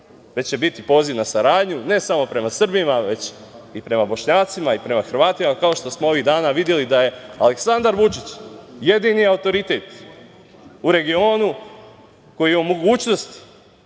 već će biti poziv na saradnju, ne samo prema Srbima, već i prema Bošnjacima, prema Hrvatima, kao što smo ovih dana videli da je Aleksandar Vučić jedini autoritet u regionu koji je pozvao